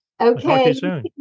Okay